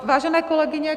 Vážené kolegyně...